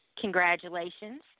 Congratulations